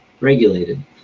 regulated